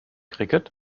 cricket